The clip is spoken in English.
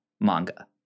manga